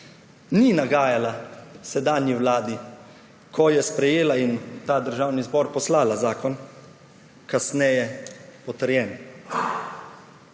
ni nagajala sedanji vladi, ko je sprejela in v ta državni zbor poslala zakon, kasneje potrjen.